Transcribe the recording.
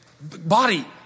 Body